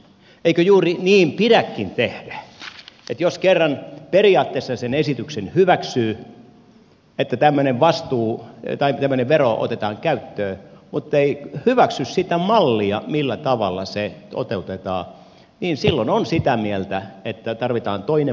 eikö juuri niin pidäkin tehdä että jos kerran periaatteessa sen esityksen hyväksyy että tämmöinen vero otetaan käyttöön mutta ei hyväksy sitä mallia millä tavalla se toteutetaan niin silloin on sitä mieltä että tarvitaan toinen malli